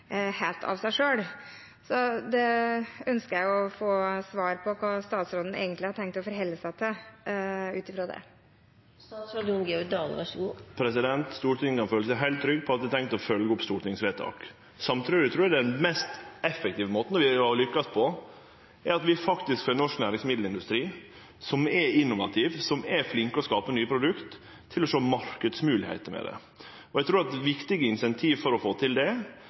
det. Stortinget kan vere heilt trygg på at eg har tenkt å følgje opp stortingsvedtak. Samtidig trur eg den mest effektive måten å lukkast på, er at vi faktisk får norsk næringsmiddelindustri, som er innovativ, som er flink til å skape nye produkt, til å sjå marknadsmoglegheiter. Eg trur at viktige incentiv for å få det til, vil gje raskare og betre resultat for heile matkjeda enn det